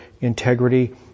integrity